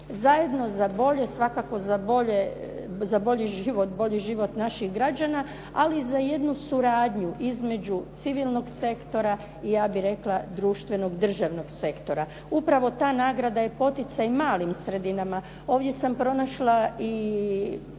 Zajedno za bolje svakako za bolji život naših građana, ali i za jednu suradnju između civilnog sektora i ja bih rekla društvenog državnog sektora. Upravo ta nagrada je poticaj malim sredinama. Ovdje sam pronašla